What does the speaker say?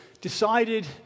decided